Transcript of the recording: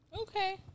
Okay